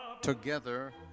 together